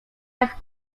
jak